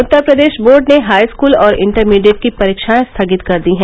Uttar Pradesh board ने high school और intermediate की परीक्षाएं स्थगित कर दी हैं